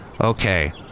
Okay